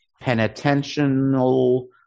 penitential